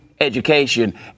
education